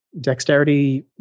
dexterity